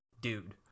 dude